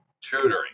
tutoring